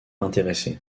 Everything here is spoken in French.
intéressé